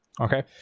okay